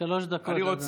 שלוש דקות, אדוני.